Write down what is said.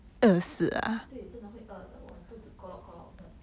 对真的会饿的我肚子咕噜咕噜